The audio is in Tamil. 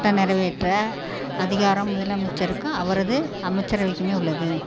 சட்ட நிறைவேற்ற அதிகாரம் முதலமைச்சருக்கும் அவரது அமைச்சரவைக்குமே உள்ளது